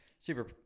Super